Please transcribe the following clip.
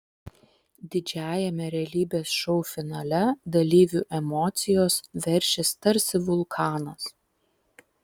didžiajame realybės šou finale dalyvių emocijos veršis tarsi vulkanas